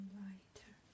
lighter